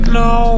no